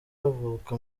havuka